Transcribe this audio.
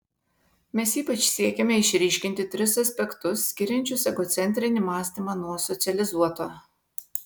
mes ypač siekėme išryškinti tris aspektus skiriančius egocentrinį mąstymą nuo socializuoto